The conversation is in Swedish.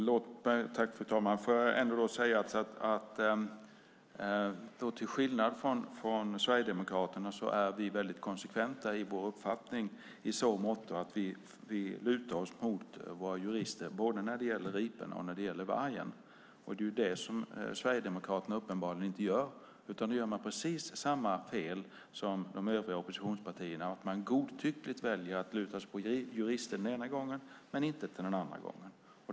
Fru talman! Till skillnad från Sverigedemokraterna är vi väldigt konsekventa i vår uppfattning i så måtto att vi lutar oss mot våra jurister när det gäller både riporna och vargen. Det är det Sverigedemokraterna uppenbarligen inte gör. De gör precis samma fel som de övriga oppositionspartierna. Man väljer godtyckligt att luta sig på jurister den ena gången men inte den andra gången.